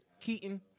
Keaton